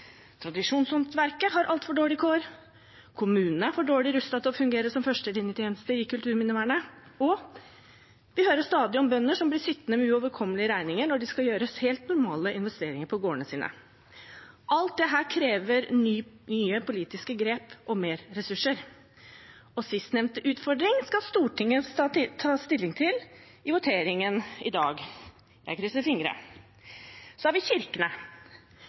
Tradisjonshåndverket har altfor dårlige kår. Kommunene er for dårlig rustet til å fungere som førstelinjetjeneste i kulturminnevernet. Vi hører stadig om bønder som blir sittende med uoverkommelige regninger når de skal gjøre helt normale investeringer på gårdene sine. Alt dette krever nye politiske grep og flere ressurser. Sistnevnte utfordring skal Stortinget ta stilling til under voteringen i dag. Jeg krysser fingre. Så har vi kirkene.